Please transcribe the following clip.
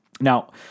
Now